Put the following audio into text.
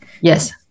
Yes